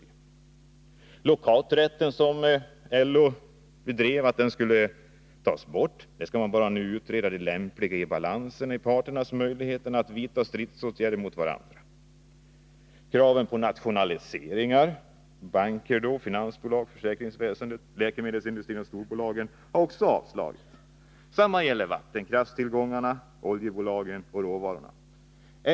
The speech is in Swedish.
När det gäller lockouträtten, som LO tidigare ville ta bort, skall man nu bara utreda den lämpliga balansen mellan parternas möjligheter att vidta stridsåtgärder mot varandra. Kraven på nationaliseringar av banker, finansbolag, försäkringsväsende, läkemedelsindustri och storbolag har också avslagits. Detsamma gäller vattenkraftstillgångarna, oljebolagen och råvarorna.